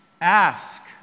ask